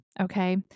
okay